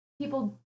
people